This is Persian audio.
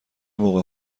موقع